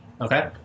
Okay